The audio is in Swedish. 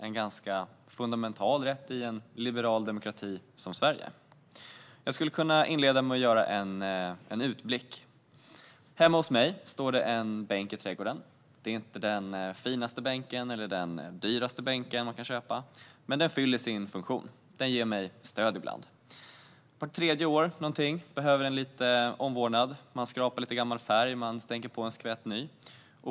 Den är en fundamental rätt i en liberal demokrati som Sverige. Jag vill inleda med att göra en utblick. Hemma hos mig står det en bänk i trädgården. Det är inte den finaste eller dyraste bänken man kan köpa, men den fyller sin funktion: Den ger mig stöd ibland. Vart tredje år ungefär behöver den lite omvårdnad. Man får skrapa bort lite gammal färg och stänka på en skvätt ny.